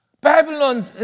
Babylon